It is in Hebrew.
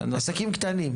תן לי בעסקים קטנים.